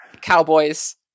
cowboys